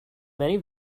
many